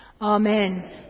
Amen